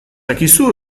akizu